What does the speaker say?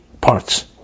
parts